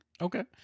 okay